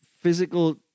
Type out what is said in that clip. physical